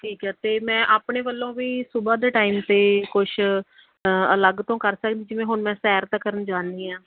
ਠੀਕ ਹੈ ਅਤੇ ਮੈਂ ਆਪਣੇ ਵੱਲੋਂ ਵੀ ਸੁਬਹਾ ਦੇ ਟਾਈਮ 'ਤੇ ਕੁਛ ਅਲੱਗ ਤੋਂ ਕਰ ਸਕਦੀ ਜਿਵੇਂ ਹੁਣ ਮੈਂ ਸੈਰ ਤਾਂ ਕਰਨ ਜਾਂਦੀ ਹਾਂ